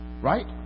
Right